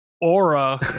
aura